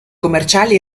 commerciali